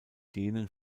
denen